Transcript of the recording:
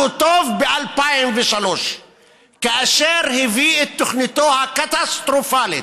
טוב ב-2003 כאשר הביא את תוכניתו הקטסטרופלית,